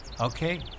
Okay